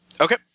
Okay